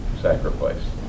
sacrifice